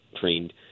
trained